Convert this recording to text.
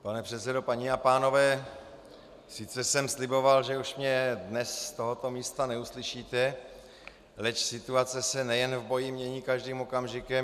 Pane předsedo, paní a pánové, sice jsem sliboval, že už mě dnes z tohoto místa neuslyšíte, leč situace se nejen v boji mění každým okamžikem.